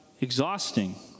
exhausting